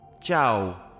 Ciao